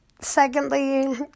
Secondly